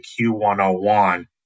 Q101